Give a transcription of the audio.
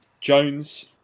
Jones